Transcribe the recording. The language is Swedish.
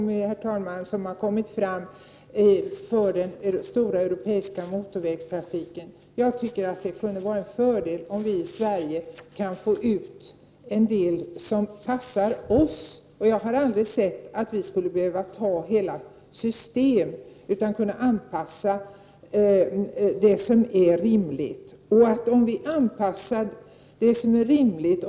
Herr talman! Det är mycket som har kommit fram när det gäller den stora europeiska motorvägstrafiken. Det vore till fördel om vi i Sverige kunde få det som passar oss. Såvitt jag förstår behöver vi inte införa hela system, utan vi kan ta delar av systemen och anpassa dem till våra förhållanden.